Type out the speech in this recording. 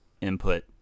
input